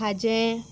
हाजें